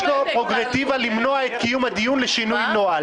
לו פררוגטיבה למנוע את קיום הדיון לשינוי נוהל.